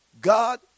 God